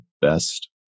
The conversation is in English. best